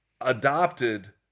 adopted